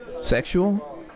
Sexual